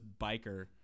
biker